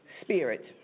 spirit